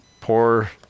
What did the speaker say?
poor